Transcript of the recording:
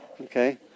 Okay